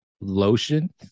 lotion